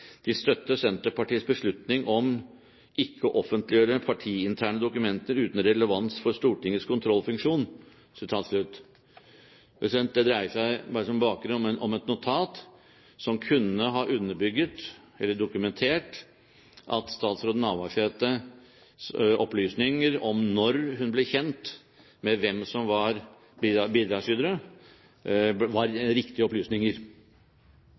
de «støtter Senterpartiet beslutning om ikke å offentliggjøre partiinterne dokumenter uten relevans for Stortingets kontrollfunksjon». Det dreier seg, bare som bakgrunn, om et notat som kunne ha underbygget, eller dokumentert, at statsråd Navarsetes opplysninger om når hun ble kjent med hvem som var bidragsytere, var riktige